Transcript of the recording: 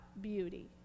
beauty